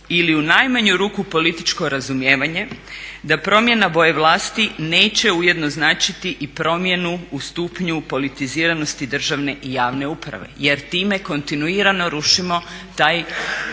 ili u najmanju ruku političko razumijevanje da promjena boje vlasti neće ujedno značiti i promjenu u stupnju politiziranosti državne i javne uprave jer time kontinuirano rušimo taj